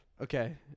Okay